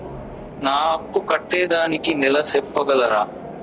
నా అప్పు కట్టేదానికి నెల సెప్పగలరా?